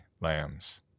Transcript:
lambs